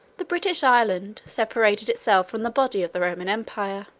the british island separated itself from the body of the roman empire.